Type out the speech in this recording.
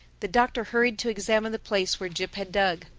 the doctor hurried to examine the place where jip had dug.